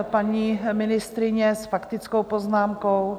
Paní ministryně s faktickou poznámkou.